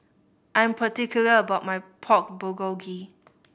I'm particular about my Pork Bulgogi